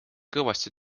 kõvasti